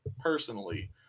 personally